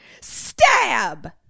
stab